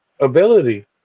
ability